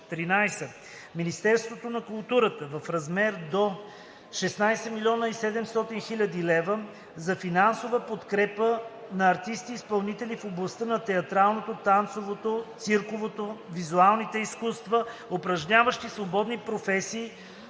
Министерството на културата - в размер до 16 700,0 хил. лв. за финансова подкрепа на артисти-изпълнители в областта на театралното, танцовото, цирковото, визуалните изкуства, упражняващи свободни професии;